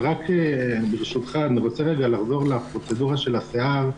ברשותך, אני רוצה לחזור לפרוצדורה של השיער,